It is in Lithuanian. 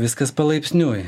viskas palaipsniui